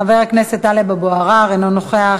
חבר הכנסת טלב אבו עראר, לא נוכח,